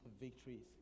victories